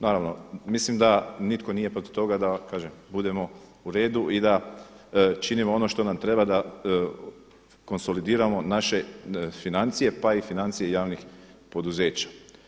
Naravno, mislim da nitko nije protiv toga da budemo uredu i da činimo ono što nam treba da konsolidiramo naše financije pa i financije javnih poduzeća.